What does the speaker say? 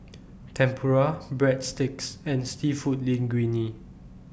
Tempura Breadsticks and Seafood Linguine